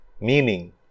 meaning